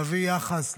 להביא יחס,